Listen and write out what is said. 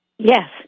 Yes